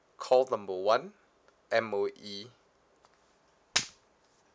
call number one M_O_E